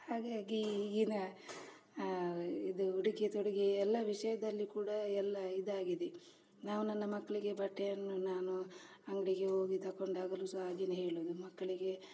ಹಾಗಾಗಿ ಈಗಿನ ಇದು ಉಡುಗೆ ತೊಡುಗೆ ಎಲ್ಲ ವಿಷಯದಲ್ಲಿ ಕೂಡ ಎಲ್ಲ ಇದಾಗಿದೆ ನಾವು ನನ್ನ ಮಕ್ಕಳಿಗೆ ಬಟ್ಟೆಯನ್ನು ನಾನು ಅಂಗಡಿಗೆ ಹೋಗಿ ತಗೊಂಡಾಗಲೂ ಸಹ ಹಾಗೆಯೇ ಹೇಳೋದು ಮಕ್ಕಳಿಗೆ